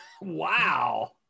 Wow